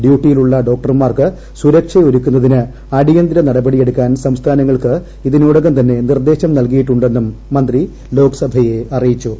ഡ്യൂട്ടിയിലുള്ള ഡോക്ടർമാർക്ക് സുരക്ഷയൊരുക്കുന്നതിന് അടിയ ന്തിര നടപടിയെടുക്കാൻ സംസ്ഥാനങ്ങൾക്ക് ഇതിനോടകം തന്നെ നിർദ്ദേശം നല്കിയിട്ടുണ്ടെന്നും മന്ത്രി ലോക്സഭയെ അറിയിച്ചു